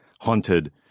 haunted